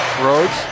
Rhodes